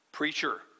preacher